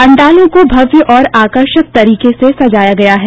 पंडालों को भव्य और आकर्षक तरीके से सजाया गया है